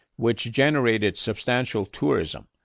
which generated substantial tourism.